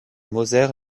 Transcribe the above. moser